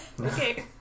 Okay